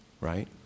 right